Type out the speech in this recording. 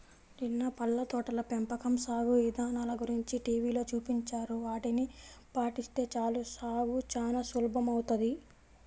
నిన్న పళ్ళ తోటల పెంపకం సాగు ఇదానల గురించి టీవీలో చూపించారు, ఆటిని పాటిస్తే చాలు సాగు చానా సులభమౌతది